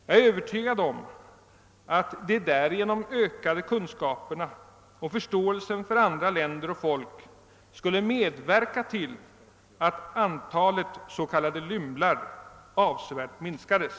Jag är övertygad om att de därigenom ökade kunskaperna och förståelsen för andra länder och folk skulle medverka till att antalet s.k. lymlar avsevärt minskades.